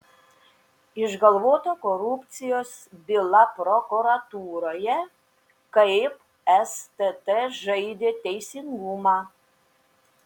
išgalvota korupcijos byla prokuratūroje kaip stt žaidė teisingumą